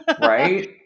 Right